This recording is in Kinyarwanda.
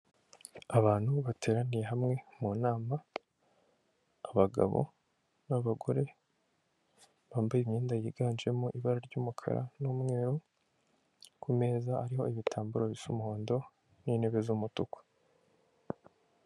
Abantu bateraniye hamwe mu nama abagabo n'abagore bambaye imyenda yiganjemo ibara ry'umukara n'umweru kumeza hariho ibitambaro bisa umuhondo n'intebe z'umutuku.